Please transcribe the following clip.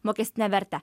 mokestinę vertę